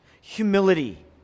humility